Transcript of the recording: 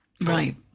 Right